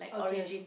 okay